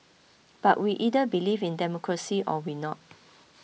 but we either believe in democracy or we not